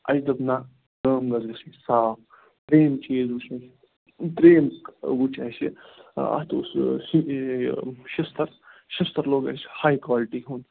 اَسہِ دوٚپ نہَ کٲم گٔژھ گَژھٕنۍ صاف ترٛیٚیِم چیٖز وُچھ اَسہِ ترٛیٚیِم وُچھ اَسہِ اَتھ اوس شِ شیٚستٕر شیٚستٕر لوٚگ اَسہِ ہاے کالٹی ہُنٛد